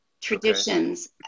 traditions